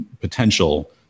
potential